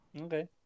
okay